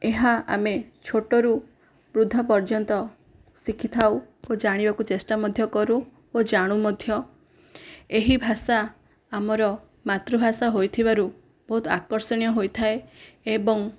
ଏହା ଆମେ ଛୋଟରୁ ବୃଦ୍ଧ ପର୍ଯ୍ୟନ୍ତ ଶିଖିଥାଉ ଓ ଜାଣିବାକୁ ଚେଷ୍ଟା ମଧ୍ୟ କରୁ ଓ ଜାଣୁ ମଧ୍ୟ ଏହି ଭାଷା ଆମର ମାତୃଭାଷା ହୋଇଥିବାରୁ ବହୁତ ଆକର୍ଷଣୀୟ ହୋଇଥାଏ ଏବଂ